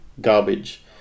garbage